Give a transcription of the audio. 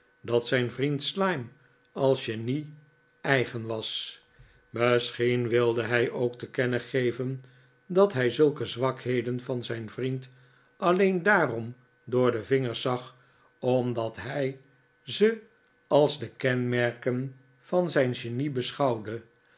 dat zijn vriend slyme als genie eigen was misschien wilde hij ook te kennen geven dat hij zulke zwakheden van zijn vriend alleen daarom door de vingers zag omdat hij ze als de kenmerken van zijn